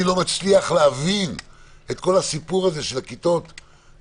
אני לא מצליח להבין את כל הסיפור הזה של כיתות א'-ד'.